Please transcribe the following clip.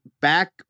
back